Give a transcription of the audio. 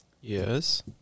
Yes